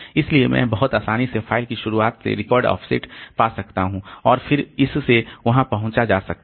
इसलिए मैं बहुत आसानी से फ़ाइल की शुरुआत से रिकॉर्ड ऑफ़सेट पा सकता हूं और फिर इससे वहाँ पहुँचा जा सकता है